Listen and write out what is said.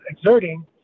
exerting